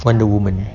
wonder woman